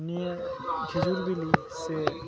ᱱᱤᱭᱟᱹ ᱠᱷᱤᱡᱩᱨ ᱵᱤᱞᱤ ᱥᱮ